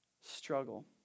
struggle